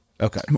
okay